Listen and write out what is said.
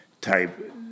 type